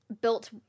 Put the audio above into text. built